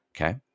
okay